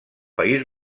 país